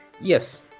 yes